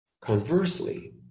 Conversely